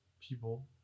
people